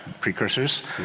precursors